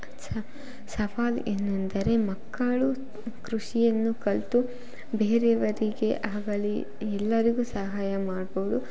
ಸವಾಲು ಏನೆಂದರೆ ಮಕ್ಕಳು ಕೃಷಿಯನ್ನು ಕಲಿತು ಬೇರೆಯವರಿಗೆ ಆಗಲಿ ಎಲ್ಲರಿಗೂ ಸಹಾಯ ಮಾಡ್ಬೋದು